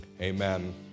Amen